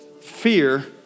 Fear